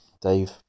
Dave